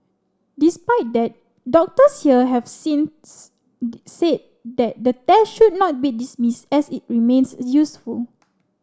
despite that doctors here have since said that the test should not be dismissed as it remains useful